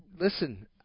listen